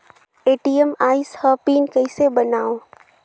ATM आइस ह pin कइसे बनाओ?